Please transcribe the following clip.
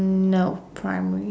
no primary